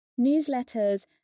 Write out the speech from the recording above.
newsletters